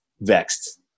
vexed